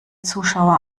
zuschauer